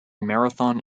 marathon